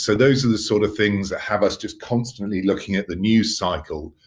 so those are the sort of things that have us just constantly looking at the news cycle,